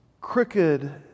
crooked